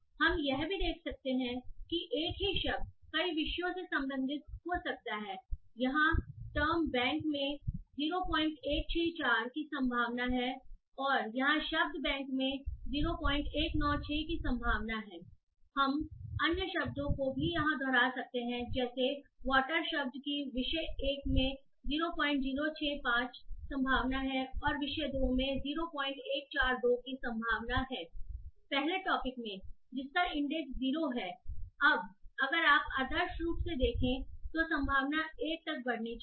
हम यह भी देख सकते हैं कि एक ही शब्द कई विषयों से संबंधित हो सकता है यहां टर्म बैंक में 0164 की संभावना है और यहां शब्द बैंक में 0196 की संभावना है हम अन्य शब्दों को भी यहां दोहरा सकते हैं जैसे टॉपिक1 या टॉपिक2 में 0065 संभावना है और वाटर की फर्स्ट टॉपिक में 0142 की संभावना है जिसका इंडेक्स 0 है अब अगर आप आदर्श रूप से देखें तो संभावना 1 तक बढ़नी चाहिए